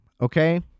okay